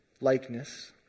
likeness